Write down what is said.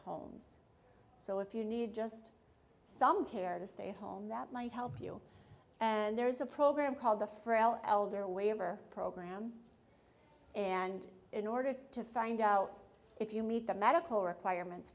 homes so if you need just some care to stay home that might help you and there is a program called the frail elder waiver program and in order to find out if you meet the medical requirements